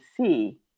see